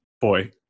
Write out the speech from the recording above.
boy